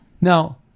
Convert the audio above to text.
Now